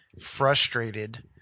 frustrated